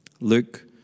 Luke